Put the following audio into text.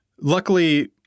Luckily